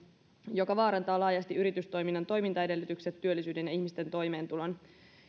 joka vaarantaa laajasti yritystoiminnan toimintaedellytykset työllisyyden ja ihmisten toimeentulon